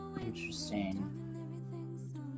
interesting